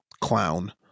clown –